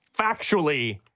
factually